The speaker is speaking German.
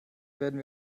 werden